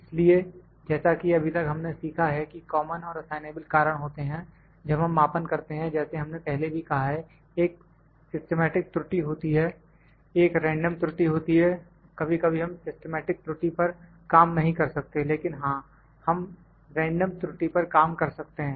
इसलिए जैसा कि अभी तक हमने सीखा है कि कॉमन और असाइनेबल कारण होते हैं जब हम मापन करते हैं जैसे हमने पहले भी कहा है एक सिस्टमैटिक त्रुटि होती है एक रेंडम त्रुटि होती है कभी कभी हम सिस्टमैटिक त्रुटि पर काम नहीं कर सकते लेकिन हां हम रैंडम त्रुटि पर काम कर सकते हैं